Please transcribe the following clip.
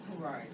Right